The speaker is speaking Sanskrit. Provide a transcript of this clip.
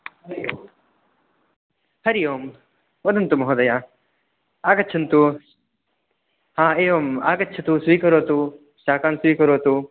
हरिः ओं हरिः ओं वदन्तु महोदय आगच्छन्तु हा एवम् आगच्छतु स्वीकरोतु शाकान् स्वीकरोतु